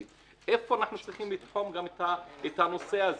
איפה אנחנו צריכים לתחום את הנושא הזה?